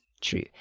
true